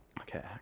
okay